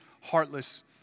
heartless